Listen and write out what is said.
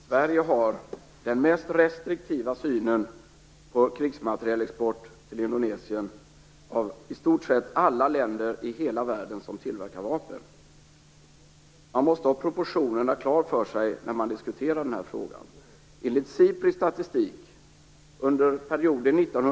Fru talman! Sverige har den mest restriktiva synen på krigsmaterielexport till Indonesien av i stort sett alla länder i hela världen som tillverkar vapen. Man måste ha proportionerna klara för sig när man diskuterar denna fråga.